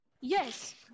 Yes